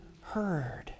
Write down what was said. heard